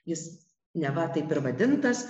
jis neva taip ir vadintas